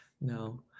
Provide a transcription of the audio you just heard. No